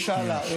--- מי שאלה?